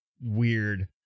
weird